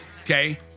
okay